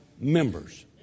members